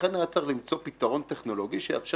לכן היה צריך למצוא פתרון טכנולוגי שיאפשר